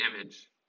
image